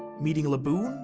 meeting laboon,